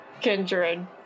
kindred